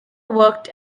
worked